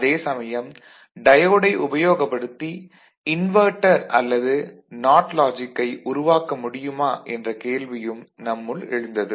அதே சமயம் டயோடை உபயோகப்படுத்தி இன்வெர்ட்டர் அல்லது நாட் லாஜிக்கை உருவாக்க முடியுமா என்ற கேள்வியும் நம்முள் எழுந்தது